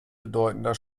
bedeutender